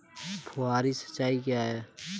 फुहारी सिंचाई क्या है?